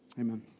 amen